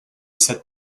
set